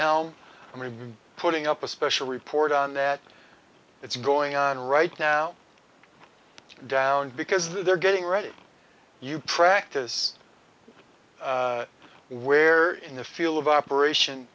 been putting up a special report on that it's going on right now down because they're getting ready you practice where in the field of operation